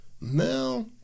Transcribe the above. Now